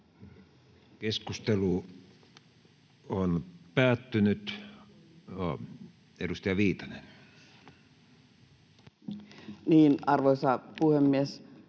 tätä isoa päämäärää. Edustaja Viitanen. Arvoisa puhemies!